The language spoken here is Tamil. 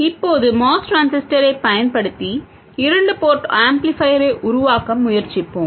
இப்போது MOS டிரான்சிஸ்டரைப் பயன்படுத்தி இரண்டு போர்ட் ஆம்ப்ளிஃபையரை உருவாக்க முயற்சிப்போம்